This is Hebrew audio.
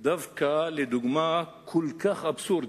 דווקא לדוגמה כל כך אבסורדית,